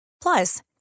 Plus